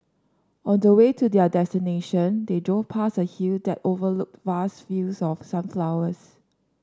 on the way to their destination they drove past a hill that overlooked vast fields of sunflowers